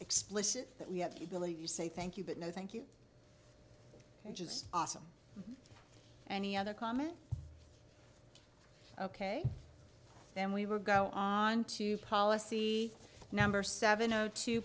explicit that we have to believe you say thank you but no thank you and just awesome any other comment ok then we were go on to policy number seven o two